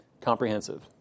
comprehensive